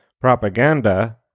propaganda